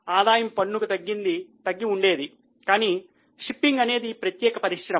ఆదాయపు పన్ను తగ్గి ఉండేది కానీ షిప్పింగ్ అనేది ప్రత్యేక పరిశ్రమ